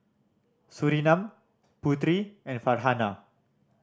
Surinam Putri and Farhanah